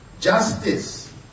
justice